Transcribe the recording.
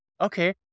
okay